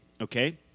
Okay